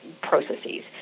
processes